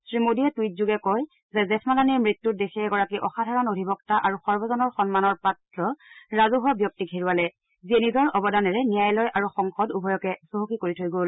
শ্ৰীমোদীয়ে টুইটযোগে কয় যে জেঠমালানীৰ মৃত্যু দেশে এগৰাকী অসাধাৰণ অধিবক্তা আৰু সৰ্বজনৰ সন্মানৰ পাত্ৰ ৰাজছৱা ব্যক্তিক হেৰুৱালে যিয়ে নিজৰ অৱদানেৰে ন্যায়ালয় আৰু সংসদ উভয়কে চহকী কৰি থৈ গল